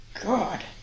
God